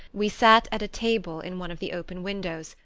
we sat at a table in one of the open windows,